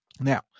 Now